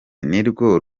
nirwo